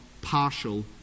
partial